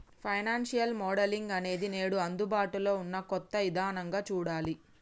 financial modelling అనేది నేడు అందుబాటులో ఉన్న కొత్త ఇదానంగా చూడాలి